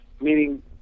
meaning